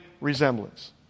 resemblance